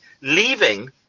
leaving